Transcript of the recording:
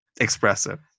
expressive